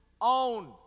own